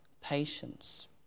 patience